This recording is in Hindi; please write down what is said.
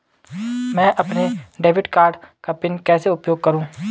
मैं अपने डेबिट कार्ड का पिन कैसे उपयोग करूँ?